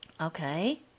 okay